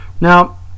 now